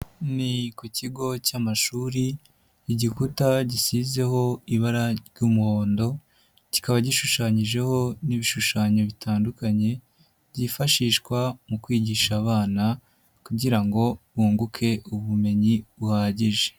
Ni ku kigo cy'amashuri igikuta gisizeho ibara ry'umuhondo, kikaba gishushanyijeho n'ibishushanyo bitandukanye byifashishwa mu kwigisha abana kugira ngo bunguke ubumenyi buhagije.